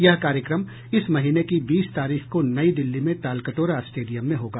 यह कार्यक्रम इस महीने की बीस तारीख को नई दिल्ली में तालकटोरा स्टेडियम में होगा